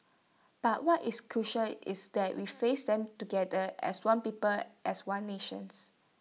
but what is crucial is that we face them together as one people as one nation